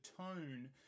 tone